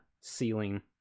ceiling